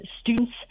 students